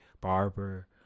barber